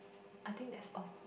I think that's all